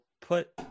put